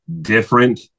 different